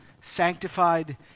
sanctified